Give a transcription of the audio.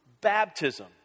baptism